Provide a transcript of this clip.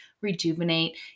rejuvenate